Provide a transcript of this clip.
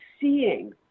seeing